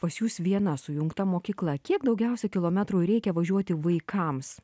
pas jus viena sujungta mokykla kiek daugiausia kilometrų reikia važiuoti vaikams